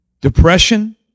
Depression